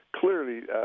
clearly